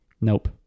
Nope